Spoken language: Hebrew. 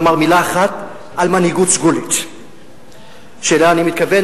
לומר מלה אחת על מנהיגות סגולית שאליה אני מתכוון,